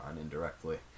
indirectly